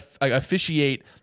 officiate